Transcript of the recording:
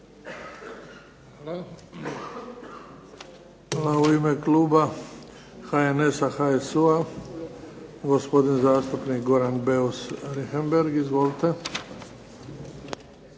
Hvala. U ime kluba HNS-a, HSU-a, gospodin zastupnik Goran Beus Richembergh. Izvolite.